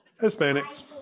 Hispanics